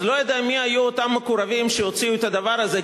אז לא יודע מי היו אותם מקורבים שהוציאו את הדבר הזה,